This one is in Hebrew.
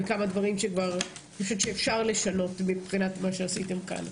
כבר כמה דברים שאפשר לשנות במה שעשיתם כאן.